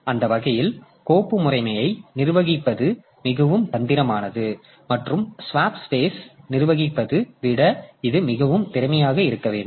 அந்த வகையில் கோப்பு முறைமையை நிர்வகிப்பது மிகவும் தந்திரமானது மற்றும் ஸ்வாப் ஸ்பேஸ் நிர்வகிப்பதை விட இது மிகவும் திறமையாக இருக்க வேண்டும்